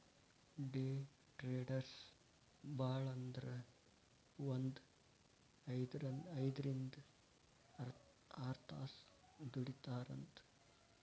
ಡೆ traders ಭಾಳಂದ್ರ ಒಂದ್ ಐದ್ರಿಂದ್ ಆರ್ತಾಸ್ ದುಡಿತಾರಂತ್